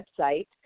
website